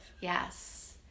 yes